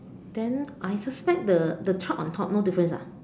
then I suspect the the truck on top no difference ah